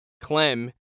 Clem